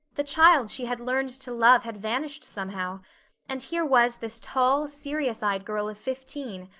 the child she had learned to love had vanished somehow and here was this tall, serious-eyed girl of fifteen,